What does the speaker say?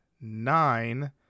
nine